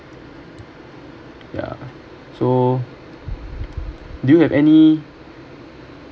yeah so do you have any